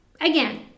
again